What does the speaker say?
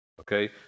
Okay